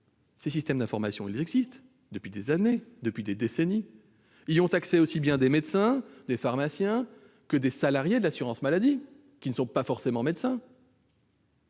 Ces systèmes d'information existent depuis des années et même des décennies. Y ont accès aussi bien des médecins, des pharmaciens que des salariés de l'assurance maladie, qui ne sont pas forcément médecins.